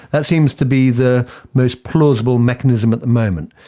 that seems to be the most plausible mechanism at the moment.